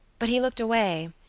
but he looked away,